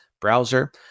browser